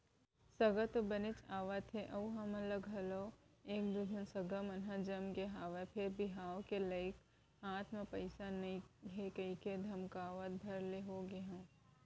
सगा तो बनेच आवथे अउ हमन ल घलौ एक दू झन सगा मन ह जमगे हवय फेर बिहाव के लइक हाथ म पइसा नइ हे कहिके धकमकावत भर ले होगे हंव